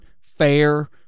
fair